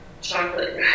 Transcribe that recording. chocolate